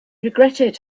regretted